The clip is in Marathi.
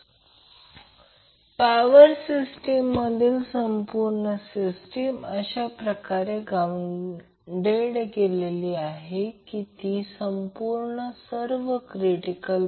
तर हा अँगल हा समांतर काढतो तेव्हा हे परिणाम होऊ द्या आणि एक हे त्याचप्रमाणे Vab असेल जे येथे मिळाले आहे ते हे Vab असेल